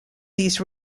these